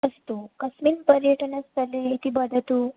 अस्तु कस्मिन् पर्यटनस्थले इति वदतु